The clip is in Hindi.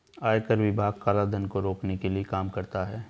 आयकर विभाग काला धन को रोकने के लिए काम करता है